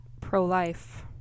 pro-life